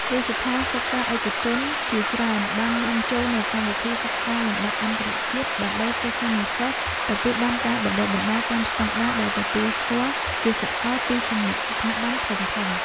គ្រឹះស្ថានសិក្សាឯកជនជាច្រើនបាននាំចូលនូវកម្មវិធីសិក្សាលំដាប់អន្តរជាតិដើម្បី សិស្សានុសិស្សទទួលបានការបណ្តុះបណ្តាលតាមស្តង់ដារដែលទទួលស្គាល់ជាសកលពីសំណាក់ស្ថាប័នធំៗ។